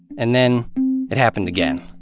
and then it happened again.